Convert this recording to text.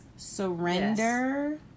Surrender